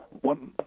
one